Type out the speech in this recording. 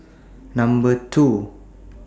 two